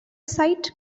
site